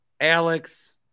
Alex